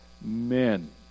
men